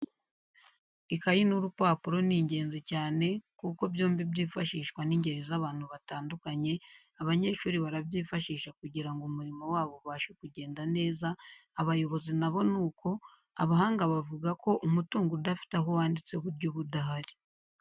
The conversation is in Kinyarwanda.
Ikayi n'urupapuro ni ingenzi cyane kuko byombi byifashishwa n'ingeri z'abantu batandukanye, abanyeshuri barabyifashisha kugira ngo umurimo wabo ubashe kugenda neza, abayobozi na bo ni uko, abahanga bavuga ko: "Umutungo udafite aho wanditse burya uba udahari."